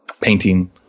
painting